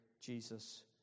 Jesus